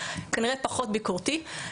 כנראה פחות ביקורתי.